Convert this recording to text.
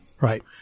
right